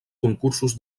concursos